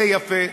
זה יפה,